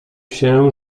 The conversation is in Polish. się